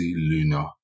Luna